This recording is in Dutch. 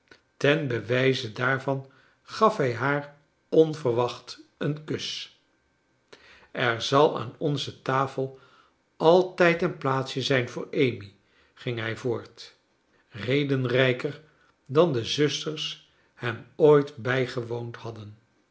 ten bewijze daarvan gaf hij haar onverwacht een kus er zal aan onze tafel altrjd een plaatsje zijn voor amy ging hij voort redenrijker dan de zusters hem ooit brjgewoond hadden